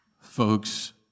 folks